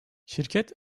şirket